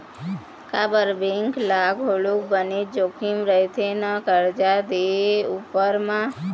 काबर बेंक ल घलोक बनेच जोखिम रहिथे ना करजा दे उपर म